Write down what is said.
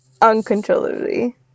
uncontrollably